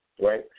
right